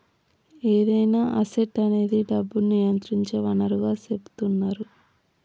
ఏదైనా అసెట్ అనేది డబ్బును నియంత్రించే వనరుగా సెపుతున్నరు